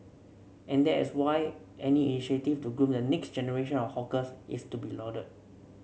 and that is why any initiative to groom the next generation of hawkers is to be lauded